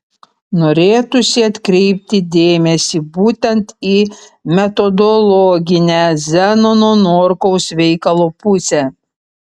norėtųsi atkreipti dėmesį būtent į metodologinę zenono norkaus veikalo pusę